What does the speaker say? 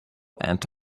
and